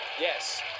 Yes